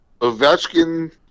Ovechkin